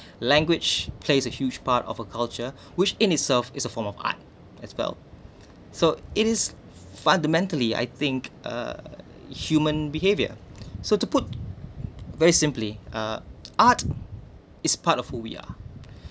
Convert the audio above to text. language plays a huge part of a culture which in itself is a form of art as well so it is fundamentally I think uh human behavior so to put very simply uh art is part of who we are